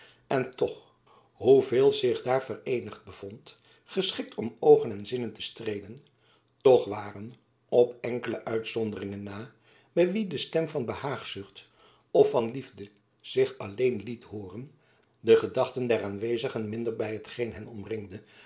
en toch hoeveel zich daar vereenigd bevond geschikt om oogen en zinnen te streelen toch waren op enkele uitzonderingen na by wie de stem van behaagzucht of van liefde zich alleen liet hooren de gedachten der aanwezigen minder by hetgeen hen omringde